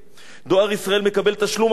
"דואר ישראל" מקבלת תשלום עבור החלוקה,